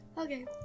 Okay